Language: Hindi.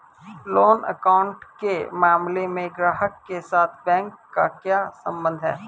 लोन अकाउंट के मामले में ग्राहक के साथ बैंक का क्या संबंध है?